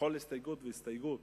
בכל הסתייגות והסתייגות